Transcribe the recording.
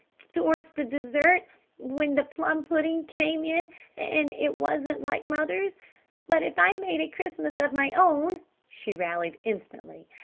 towards the dessert when the plum pudding came in and it wasn't like mother's but if i made a christmas of my own she rallied instantly.